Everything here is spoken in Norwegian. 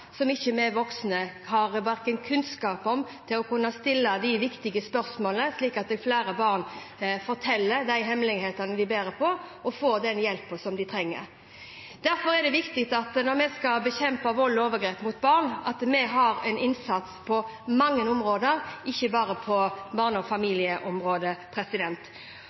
som ikke vi voksne har kunnskap om, for å kunne stille de viktige spørsmålene slik at flere barn forteller de hemmelighetene de bærer på, og får den hjelpen som de trenger. Derfor er det viktig når vi skal bekjempe vold og overgrep mot barn, at vi har innsats på mange områder, ikke bare på barne- og familieområdet,